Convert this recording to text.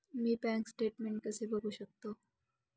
मी bank statement कसे बघू शकतो?